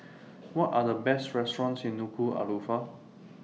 What Are The Best restaurants in Nuku'Alofa